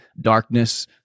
darkness